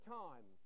time